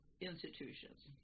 institutions